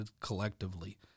collectively